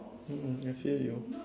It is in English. mm I feel you